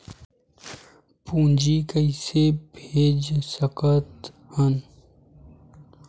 पूंजी कइसे भेज सकत हन?